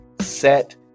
set